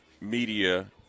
media